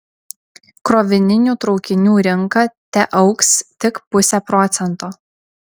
krovininių traukinių rinka teaugs tik puse procento